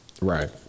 Right